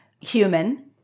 human